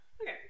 Okay